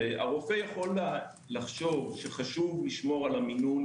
יכול לחשוב שחשוב לשמור על המינון